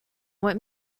what